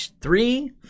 three